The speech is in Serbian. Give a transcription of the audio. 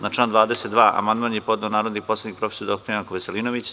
Na član 22. amandman je podneo narodni poslanik prof. dr Janko Veselinović.